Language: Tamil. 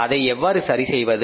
அதை எவ்வாறு சரி செய்வது